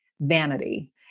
vanity